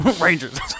Rangers